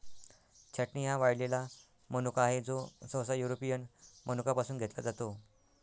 छाटणी हा वाळलेला मनुका आहे, जो सहसा युरोपियन मनुका पासून घेतला जातो